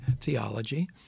theology